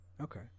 Okay